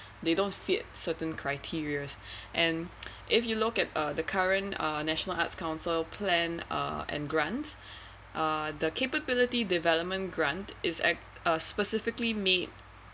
they don't fit certain criteria and if you look at uh the current uh national arts council plan uh and grants uh the capability development grant is act uh specifically make